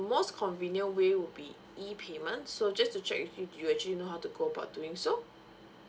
most convenient way would be E payment so just to check with you do you actually know how to go about doing so